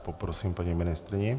Poprosím paní ministryni.